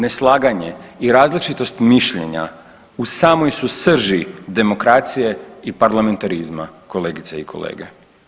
Neslaganje i različitost mišljenja u samoj su srži demokracije i parlamentarizma kolegice i kolege.